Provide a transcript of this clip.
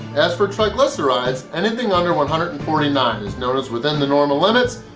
as for triglycerides, anything under one hundred and forty nine is known as within the normal limits.